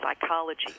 psychology